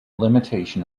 limitation